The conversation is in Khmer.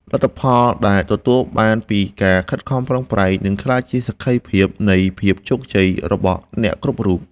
លទ្ធផលដែលទទួលបានពីការខិតខំប្រឹងប្រែងនឹងក្លាយជាសក្ខីភាពនៃភាពជោគជ័យរបស់អ្នកគ្រប់រូប។